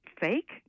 fake